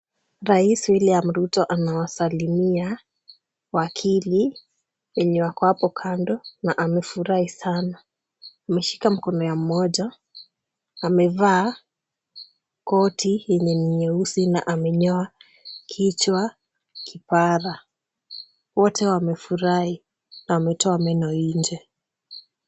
Rais William Ruto anawasalimia wakili wenye wako hapo kando na amefurahi sana. Ameshika mkono ya mmoja, amevaa koti yenye ni nyeusi na amenyoa kichwa kipara. Wote wamefurahi na wametoa meno nje.